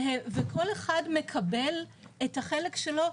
וכל אחד מקבל את החלק שלו,